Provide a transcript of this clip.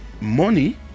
money